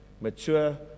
mature